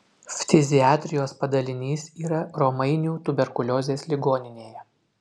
ftiziatrijos padalinys yra romainių tuberkuliozės ligoninėje